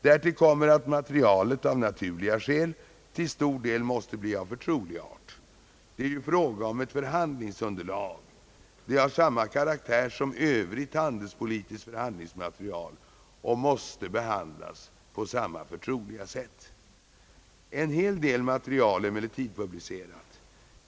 Därtill kommer att materialet av naturliga skäl till stor del måste bli av förtrolig art. Det är ju fråga om ett förhandlingsunderlag. Det har samma karaktär som Övrigt handelspolitiskt förhandlingsmaterial och måste behand Jas på samma förtroliga sätt. En hel del material är emellertid publicerat.